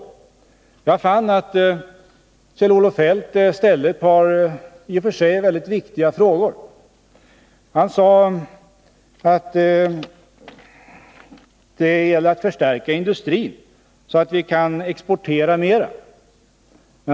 Kjell-Olof Feldt ställde ett par i och för sig väldigt viktiga frågor. Han sade att det gäller att förstärka industrin så att vi kan exportera mera.